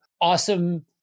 awesome